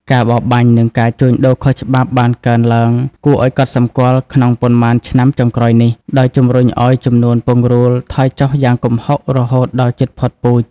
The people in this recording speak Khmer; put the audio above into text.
ការបរបាញ់និងការជួញដូរខុសច្បាប់បានកើនឡើងគួរឲ្យកត់សម្គាល់ក្នុងប៉ុន្មានឆ្នាំចុងក្រោយនេះ ដោយជំរុញឲ្យចំនួនពង្រូលថយចុះយ៉ាងគំហុករហូតដល់ជិតផុតពូជ។